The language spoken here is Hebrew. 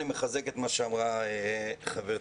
אני מחזק את מה שאמרה חברתי,